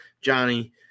Johnny